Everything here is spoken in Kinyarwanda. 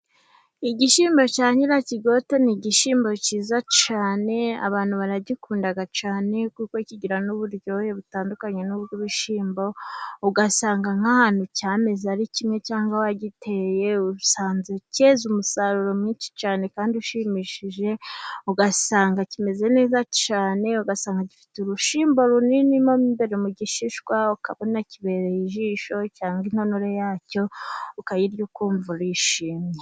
Igishyimbo cya nyirakigota ni igishyimbo cyiza cyane, abantu baragikundaga cyane kuko kigira n'uburyohe butandukanye nu bw'ibishyimbo, ugasanga nk'ahantu cyamezi ari kimwe cyangwa wagiteye usanze cyeze umusaruro mwinshi cyane kandi ushimishije, ugasanga kimeze neza cyane, ugasanga gifite urushimbo runini, imbere mu gishishwa ukabona kibereye ijisho cyangwa inonore yacyo ukayirya ukumva urishimye.